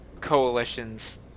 coalitions